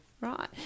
right